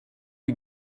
you